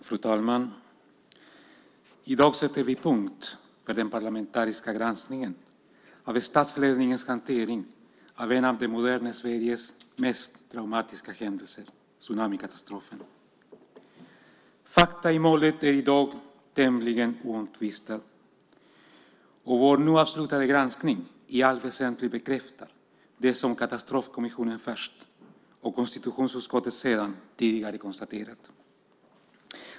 Fru talman! I dag sätter vi punkt för den parlamentariska granskningen av statsledningens hantering av en av det moderna Sveriges mest traumatiska händelser, tsunamikatastrofen. Fakta i målet är i dag tämligen oomtvistade, och vår nu avslutade granskning bekräftar i allt väsentligt det som Katastrofkommissionen först och konstitutionsutskottet sedan konstaterat.